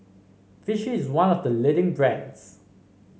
Vichy is one of the leading brands